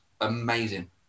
amazing